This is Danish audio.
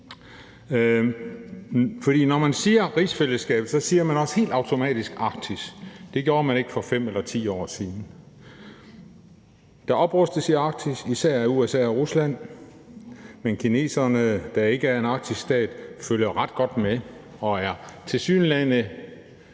for når man siger rigsfællesskabet, siger man også helt automatisk Arktis. Det gjorde man ikke for 5 eller 10 år siden. Der oprustes i Arktis, især af USA og Rusland, men Kina, der ikke er en arktisk stat, følger ret godt med og er tilsyneladende